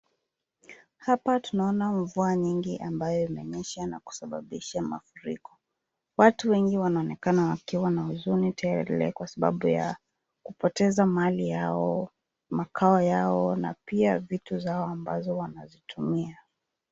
Hapa tunaona mvua nyingi ambayo imenyesha na kusababisha mafuriko. Watu wengi wanaonekana wakiwa wana huzuni tele kwa sababu ya kupoteza mali yao, makao yao na pia vitu zao ambazo wanazitumia.